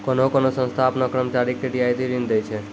कोन्हो कोन्हो संस्था आपनो कर्मचारी के रियायती ऋण दै छै